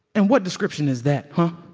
and what description is that, huh?